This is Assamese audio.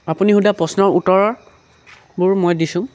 আপুনি সুধা প্ৰশ্নৰ উত্তৰবোৰ মই দিছোঁ